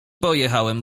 pojechałem